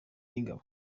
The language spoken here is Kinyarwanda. y’ingabo